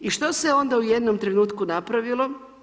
I što se onda u jednom trenutku napravilo?